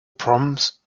proms